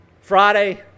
Friday